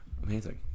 Amazing